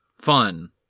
fun